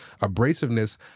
abrasiveness